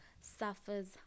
suffers